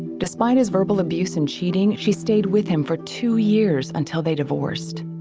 despite his verbal abuse and cheating she stayed with him for two years until they divorced.